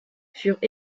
furent